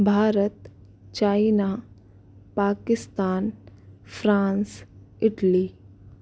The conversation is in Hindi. Bharat China Pakistan France Italy